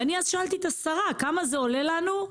שאלתי את השרה: כמה זה עולה לנו?